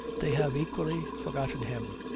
they have equally forgotten him.